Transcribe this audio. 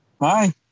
Hi